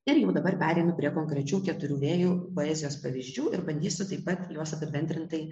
ir jau dabar pereinu prie konkrečių keturių vėjų poezijos pavyzdžių ir bandysiu taip pat juos apibendrintai